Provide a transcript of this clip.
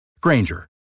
Granger